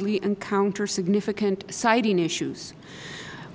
encounter significant siting issues